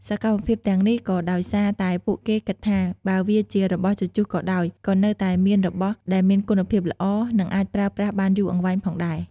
សកម្មភាពទាំងនេះក៏ដោយសារតែពួកគេគិតថា បើវាជារបស់ជជុះក៏ដោយ ក៏នៅតែមានរបស់ដែលមានគុណភាពល្អ និងអាចប្រើប្រាស់បានយូរអង្វែងផងដែរ។